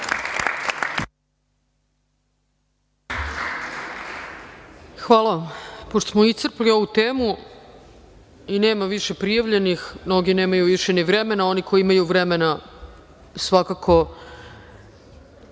Hvala vam. Pošto smo iscrpeli ovu temu i nema više prijavljenih, mnogi nemaju više ni vremena, oni koji imaju vremena svakako